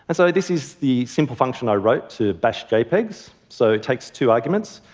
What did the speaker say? and so this is the simple function i wrote to bash jpegs. so it takes two arguments,